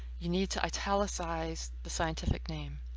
you need to italicize the scientific name.